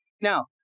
Now